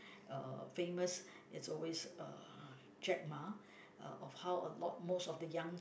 uh famous is always uh Jack-Ma uh of how a lot most of the young